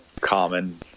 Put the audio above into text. common